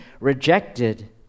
rejected